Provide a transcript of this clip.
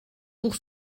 pour